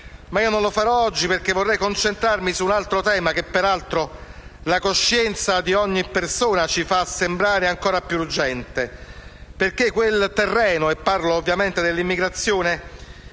ma non lo farò oggi, perché vorrei concentrarmi su un altro tema che la coscienza di ogni persona ci fa sembrare ancora più urgente. Quel terreno - e parlo ovviamente dell'immigrazione